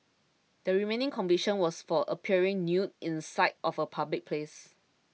the remaining conviction was for appearing nude in sight of a public place